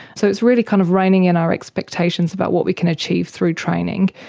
so it's really kind of reining in our expectations about what we can achieve through training.